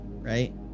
right